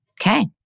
Okay